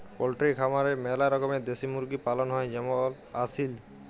poultry খামারে ম্যালা রকমের দেশি মুরগি পালন হ্যয় যেমল আসিল